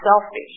selfish